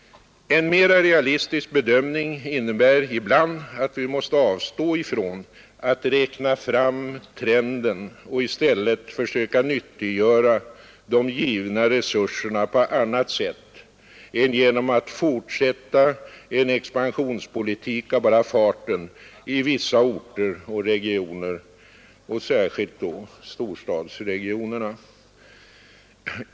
En mera realistisk bedömning innebär ibland att vi måste avstå ifrån att räkna fram trenden och i stället försöka nyttiggöra de givna resurserna på annat sätt än genom att fortsätta en expansionspolitik av bara farten i vissa orter och regioner, särskilt då storstadsregionerna.